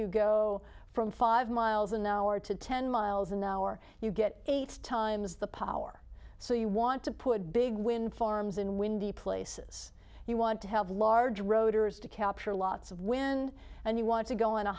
you go from five miles an hour to ten miles an hour you get eight times the power so you want to put big wind farms in windy places you want to have large rotors to capture lots of wind and you want to go in a